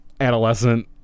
adolescent